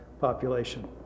population